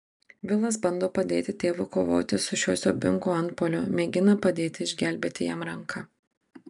vilas bando padėti tėvui kovoti su šiuo siaubingu antpuoliu mėgina padėti išgelbėti jam ranką